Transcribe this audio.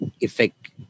effect